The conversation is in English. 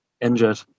injured